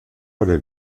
oder